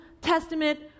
Testament